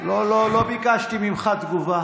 לא, לא, לא ביקשתי ממך תגובה.